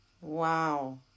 Wow